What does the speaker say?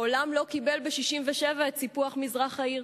העולם לא קיבל ב-1967 את סיפוח מזרח העיר.